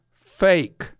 fake